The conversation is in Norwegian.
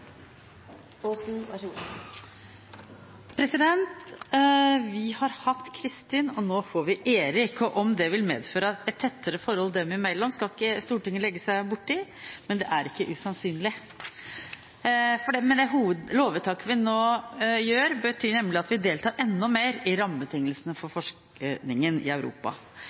statstilskudd. Så dagens politikk fører til at Høyre produserer jordbruksbedrifter som blir mer og mer avhengige av statstilskudd, noe som ikke er bærekraftig. Flere har ikke bedt om ordet til sak nr. 1. Vi har hatt CRIStin, og nå får vi ERIC. Om det vil medføre et tettere forhold dem imellom, skal ikke Stortinget legge seg borti, men det er ikke usannsynlig. Det lovvedtaket vi nå